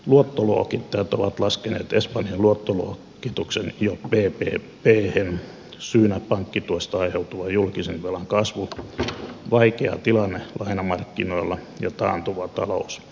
luottoluokittajat ovat laskeneet espanjan luottoluokituksen jo bbbhen syynä pankkituesta aiheutuvan julkisen velan kasvu vaikea tilanne lainamarkkinoilla ja taantuva talous